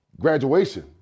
graduation